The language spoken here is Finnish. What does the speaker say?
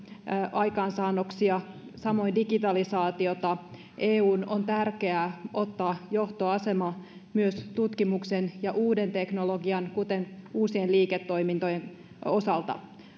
aikaansaannoksia ja samoin digitalisaatiota eun on tärkeää ottaa johtoasema myös tutkimuksen ja uuden teknologian kuten uusien liiketoimintojen osalta